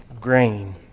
grain